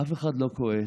אף אחד לא כועס,